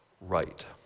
right